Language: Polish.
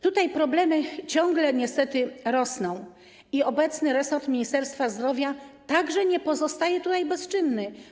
Tutaj problemy ciągle niestety rosną i obecne Ministerstwo Zdrowia także nie pozostaje tutaj bezczynne.